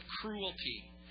cruelty